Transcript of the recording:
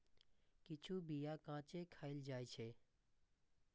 किछु बीया कांचे खाएल जाइ छै